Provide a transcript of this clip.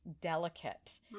delicate